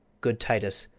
good titus,